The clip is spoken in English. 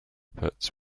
pits